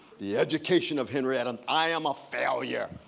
the education of henry adams, i am a failure,